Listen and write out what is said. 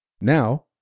Now